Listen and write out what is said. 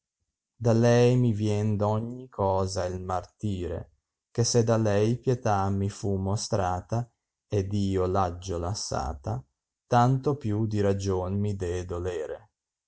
da lei mi vien d ogni cosa il martire che se da lei pietà mi fa mostrata ed io v aggio lassata tanto più di ragion mi dee dolere